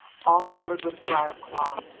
all covered with black cloth.